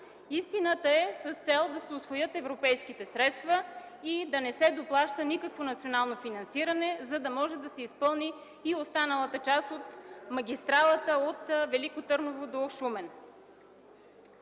Истината – целта е да се усвоят европейските средства и да не се доплаща никакво национално финансиране, за да се изпълни и останалата част от магистралата от Велико Търново до Шумен.